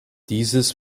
dieses